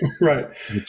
right